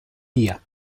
día